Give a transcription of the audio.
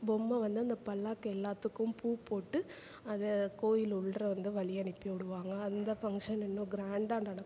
பொம்மை வந்து அந்த பல்லாக்கு எல்லாத்துக்கும் பூ போட்டு அதை கோவில் உள்ளே வந்து வழி அனுப்பி விடுவாங்க அந்த ஃபங்க்ஷன் இன்னும் கிராண்டாக நடக்கும்